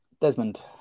Desmond